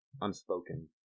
unspoken